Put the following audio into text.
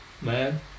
Man